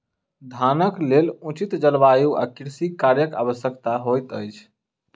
धानक लेल उचित जलवायु आ कृषि कार्यक आवश्यकता होइत अछि